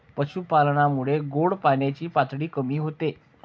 पशुपालनामुळे गोड पाण्याची पातळी कमी होते